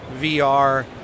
VR